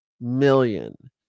million